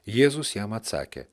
jėzus jam atsakė